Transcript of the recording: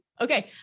okay